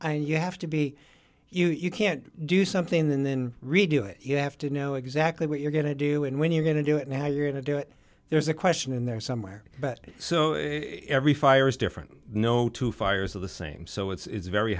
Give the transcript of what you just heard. and you have to be you can't do something then redo it you have to know exactly what you're going to do and when you're going to do it now you're going to do it there's a question in there somewhere but so every fire is different no two fires of the same so it's